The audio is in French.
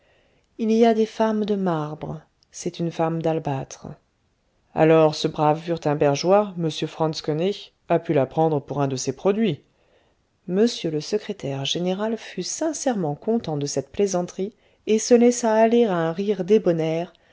il y a des femmes de marbre c'est une femme d'albâtre alors ce brave wurtembergeois m franz koënig a pu la prendre pour un de ses produits m le secrétaire général fut sincèrement content de cette plaisanterie et se laissa aller à un rire débonnaire